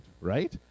right